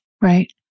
Right